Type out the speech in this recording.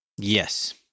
Yes